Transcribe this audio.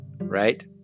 right